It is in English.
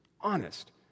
Honest